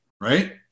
right